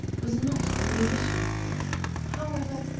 was not a musician however,